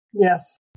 Yes